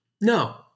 No